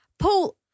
Paul